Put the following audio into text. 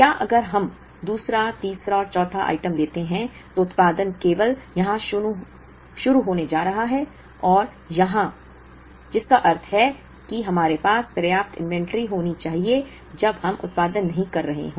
क्या अगर हम दूसरा तीसरा और चौथा आइटम लेते हैं तो उत्पादन केवल यहां शुरू होने जा रहा है यहाँ और यहाँ जिसका अर्थ है कि हमारे पास पर्याप्त इन्वेंट्री होनी चाहिए जब हम उत्पादन नहीं कर रहे हों